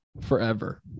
forever